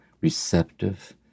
receptive